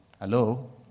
Hello